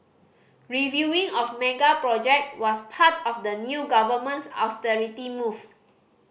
reviewing of mega project was part of the new government's austerity move